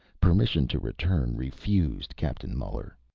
permission to return refused, captain muller.